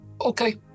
okay